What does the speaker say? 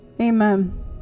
Amen